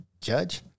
Judge